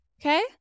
okay